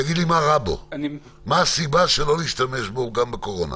תגיד לי מה רע בו ומה הסיבה שלא להשתמש בו גם בקורונה.